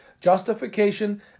justification